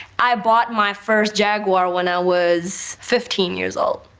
i bought my first jaguar when i was fifteen years old.